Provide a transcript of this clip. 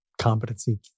competency